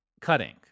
cutting